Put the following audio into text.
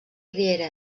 riera